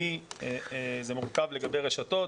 זה מורכב לגבי רשתות,